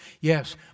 Yes